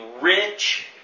rich